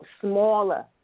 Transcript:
smaller